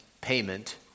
payment